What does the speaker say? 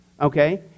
okay